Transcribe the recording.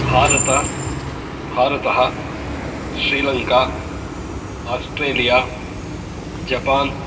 भारतम् भारतम् Sri Lanka Australia Japan